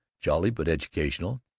jolly but educational,